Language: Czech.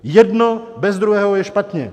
Jedno bez druhého je špatně.